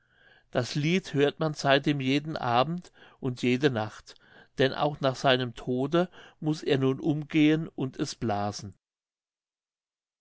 das lied hörte man seitdem jeden abend und jede nacht denn auch nach seinem tode muß er nun umgehen und es blasen